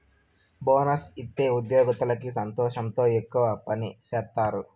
bonus ఇత్తే ఉద్యోగత్తులకి సంతోషంతో ఎక్కువ పని సేత్తారు